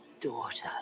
daughter